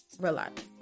relax